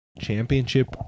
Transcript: Championship